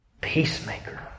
Peacemaker